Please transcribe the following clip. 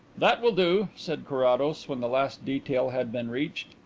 that will do, said carrados, when the last detail had been reached.